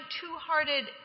Two-Hearted